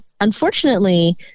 unfortunately